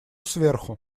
сверху